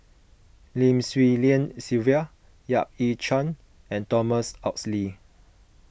Lim Swee Lian Sylvia Yap Ee Chian and Thomas Oxley